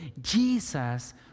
Jesus